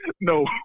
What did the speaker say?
No